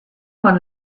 man